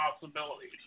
possibilities